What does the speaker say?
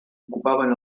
ocupaven